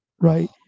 Right